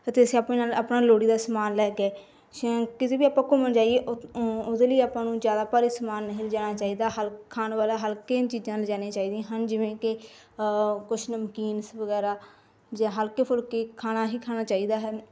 ਅਤੇ ਅਸੀਂ ਆਪਣੇ ਨਾਲ ਆਪਣਾ ਲੋੜੀਂਦਾ ਸਮਾਨ ਲੈ ਕੇ ਸ਼ ਕਿਤੇ ਵੀ ਆਪਾਂ ਘੁੰਮਣ ਜਾਈਏ ਉਹਦੇ ਲਈ ਆਪਾਂ ਨੂੰ ਜ਼ਿਆਦਾ ਭਾਰੀ ਸਮਾਨ ਨਹੀਂ ਲਿਜਾਣਾ ਚਾਹੀਦਾ ਹਲਕਾ ਖਾਣ ਵਾਲਾ ਹਲਕੀਆਂ ਚੀਜ਼ਾਂ ਲਿਜਾਣੀਆਂ ਚਾਹੀਦੀਆਂ ਹਨ ਜਿਵੇਂ ਕਿ ਕੁਛ ਨਮਕੀਨਸ ਵਗੈਰਾ ਜਾਂ ਹਲਕੇ ਫੁਲਕੇ ਖਾਣਾ ਹੀ ਖਾਣਾ ਚਾਹੀਦਾ ਹੈ